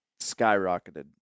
skyrocketed